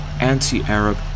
anti-Arab